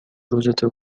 روزتو